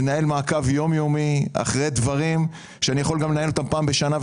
לנהל מעקב יום יומי אחרי דברים שאפשר גם לנהל אותם פעם בשנה,